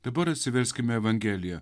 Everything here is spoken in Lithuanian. dabar atsiverskime evangeliją